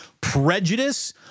Prejudice